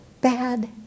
bad